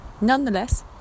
Nonetheless